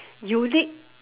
unique